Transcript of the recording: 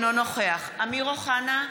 אינו נוכח אמיר אוחנה,